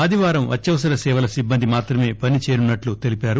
ఆదివారం అత్యవసర సేవ ల సిబ్బంది మాత్రమే పనిచేయనున్నట్లు తెలిపారు